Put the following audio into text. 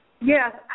Yes